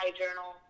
journal